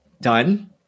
done